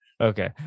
Okay